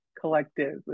collective